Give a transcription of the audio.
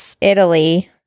Italy